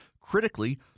Critically